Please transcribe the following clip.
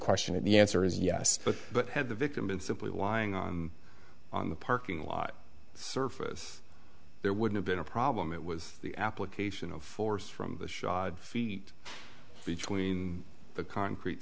question and the answer is yes but but had the victim been simply lying on on the parking lot surface there would have been a problem it was the application of force from the shod feet between the concrete